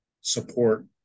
support